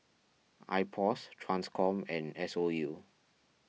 Ipos Transcom and S O U